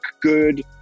good